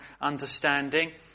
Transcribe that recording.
understanding